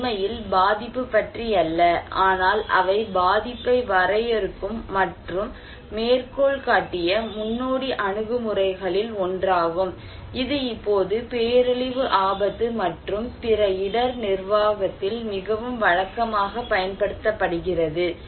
இது உண்மையில் பாதிப்பு பற்றி அல்ல ஆனால் அவை பாதிப்பை வரையறுக்கும் மற்றும் மேற்கோள் காட்டிய முன்னோடி அணுகுமுறைகளில் ஒன்றாகும் இது இப்போது பேரழிவு ஆபத்து மற்றும் பிற இடர் நிர்வாகத்தில் மிகவும் வழக்கமாகப் பயன்படுத்தப்படுகிறது